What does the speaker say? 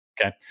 Okay